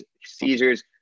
seizures